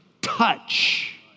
touch